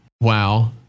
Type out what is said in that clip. Wow